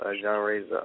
genres